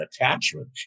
attachment